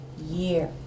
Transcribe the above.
year